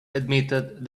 admitted